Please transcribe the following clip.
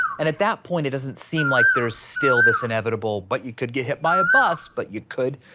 and at that point, it doesn't seem like there's still this inevitable, but you could get hit by a bus, but you could,